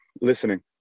Listening